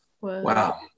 Wow